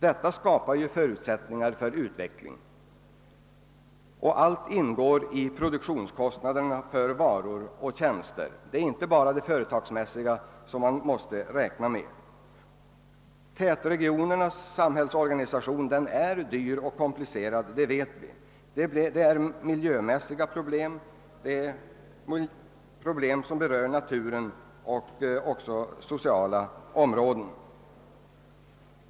Detta skapar förutsättningar för utveckling, och verksamhet inom alla dessa områden går in under produktionskostnaderna för varor och tjänster. Det är inte enbart företagsmässiga synpunkter man måste räkna med. Tätregionernas samhällsorganisation är dyr och komplicerad. Det vet vi. Den gäller det miljömässiga problem som berör naturen och även sociala områden.